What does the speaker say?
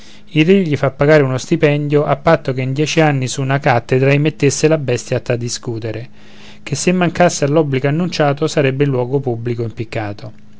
il re gli fa pagare uno stipendio a patto che in dieci anni su una cattedra ei mettesse la bestia atta a discutere che se mancasse all'obbligo annunciato sarebbe in luogo pubblico impiccato